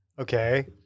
Okay